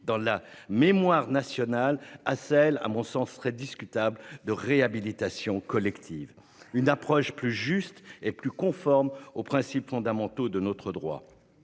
dans la mémoire nationale à celle à mon sens très discutable de réhabilitation collective une approche plus juste et plus conforme aux principes fondamentaux de notre droit.